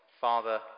Father